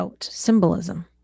symbolism